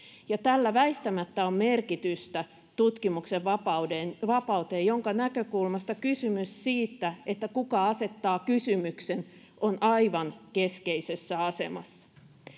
kasvaa tällä väistämättä on merkitystä tutkimuksen vapauteen vapauteen jonka näkökulmasta kysymys siitä kuka asettaa kysymyksen on aivan keskeisessä asemassa